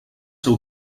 heu